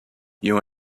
you